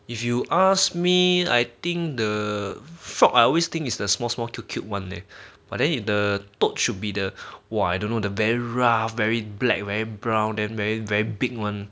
if you ask me I think the frog I always think is the small small cute cute one eh but then the toad should be the !wah! I don't know the very rough very black very brown then very very big one